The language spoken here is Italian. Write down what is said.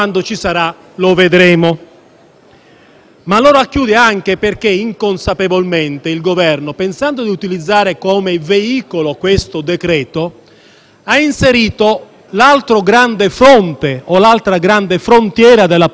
Ma lo racchiude anche perché inconsapevolmente il Governo, pensando di utilizzare come veicolo questo decreto-legge, ha inserito l'altra grande frontiera della politica internazionale del nostro Paese,